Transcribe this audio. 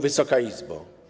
Wysoka Izbo!